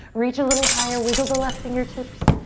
reach a little higher. wiggle the left fingertips.